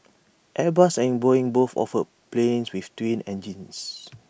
airbus and boeing both offer planes with twin engines